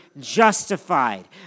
justified